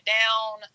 down